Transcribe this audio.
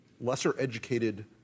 lesser-educated